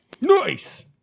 Nice